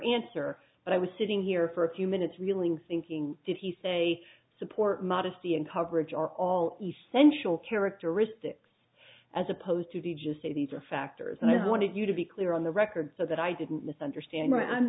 answer but i was sitting here for a few minutes reeling thinking did he say support modesty and coverage are all essential characteristics as opposed to just say these are factors and i wanted you to be clear on the record so that i didn't misunderstand what i'm